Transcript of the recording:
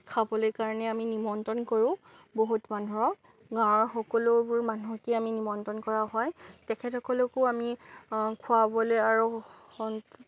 খাবলৈ কাৰণে আমি নিমন্ত্ৰণ কৰোঁ বহুত মানুহক গাঁৱৰ সকলোবোৰ মানুহকে আমি নিমন্ত্ৰণ কৰা হয় তেখেতসকলকো আমি খোৱাবলৈ আৰু